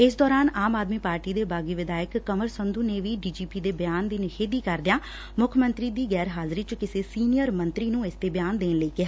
ਇਸ ਦੌਰਾਨ ਆਮ ਆਦਮੀ ਪਾਰਟੀ ਦੇ ਬਾਗੀ ਵਿਧਾਇਕ ਕੰਵਰ ਸੰਧੁ ਨੇ ਵੀ ਡੀ ਜੀ ਪੀ ਦੇ ਬਿਆਨ ਦੀ ਨਿਖੇਧੀ ਕਰਦਿਆਂ ਮੁੱਖ ਮੰਤਰੀ ਦੀ ਗੈਰ ਹਾਜ਼ਰੀ ਚ ਕਿਸੇ ਸੀਨੀਅਰ ਮੰਤਰੀ ਨੂੰ ਇਸਤੇ ਬਿਆਨ ਦੇਣ ਲਈ ਕਿਹਾ